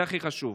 זה הכי חשוב.